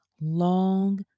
long